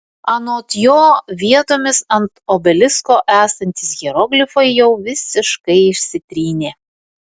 anot jo vietomis ant obelisko esantys hieroglifai jau visiškai išsitrynė